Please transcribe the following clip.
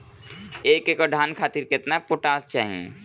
एक एकड़ धान खातिर केतना पोटाश चाही?